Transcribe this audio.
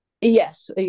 Yes